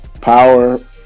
Power